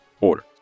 order